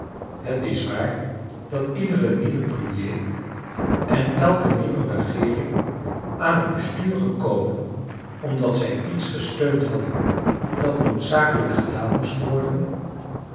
het is waar dat iedere nieuwe premier en elke nieuwe regeering aan het bestuur gekomen omdat zij iets gesteund hadden dat noodzakelijk gedaan moest worden